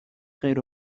خیر